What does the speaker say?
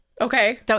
Okay